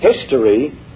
history